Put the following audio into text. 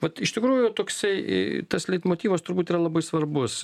vat iš tikrųjų toksai tas leitmotyvas turbūt yra labai svarbus